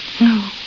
No